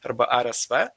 arba rsv